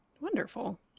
Wonderful